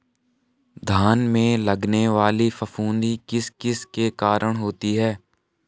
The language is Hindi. धान में लगने वाली फफूंदी किस किस के कारण होती है?